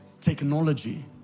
technology